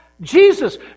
Jesus